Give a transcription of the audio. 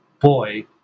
boy